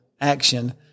action